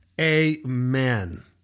Amen